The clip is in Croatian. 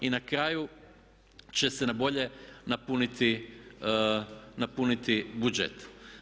Na kraju će se na bolje napuniti budžet.